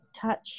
touch